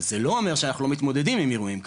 זה לא אומר שאנחנו לא מתמודדים עם אירועים כאלו,